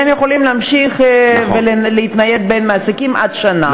הם יכולים להמשיך ולהתנייד בין מעסיקים עד שנה.